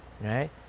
right